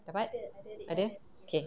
dapat ada okay